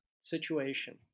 situation